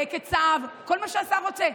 כצו, כל מה שהשר רוצה.